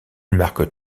marque